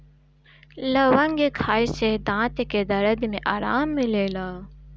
लवंग खाए से दांत के दरद में आराम मिलेला